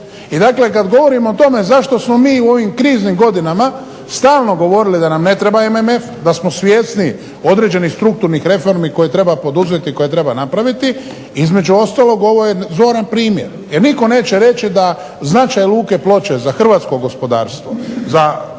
I dakle, kada govorimo o tome zašto smo mi u ovim kriznim godinama stalno govorili da nam ne treba MMF da smo svjesni određenih strukturnih reformi koje treba napraviti između ostaloga, ovo je zoran primjer, jer nitko neće reći da značaj luke Ploče za Hrvatsko gospodarstvo, za